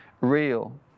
real